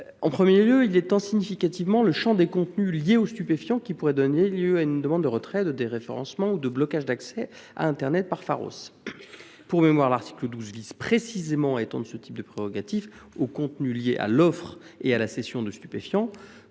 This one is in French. En premier lieu, il a pour objet d’étendre significativement le champ des contenus liés aux stupéfiants qui pourraient donner lieu à une demande de retrait, de déréférencement ou de blocage d’accès à internet par Pharos. Pour mémoire, l’article 12 vise précisément à étendre ce type de prérogatives aux contenus liés à l’offre et à la cession de stupéfiants,